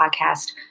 podcast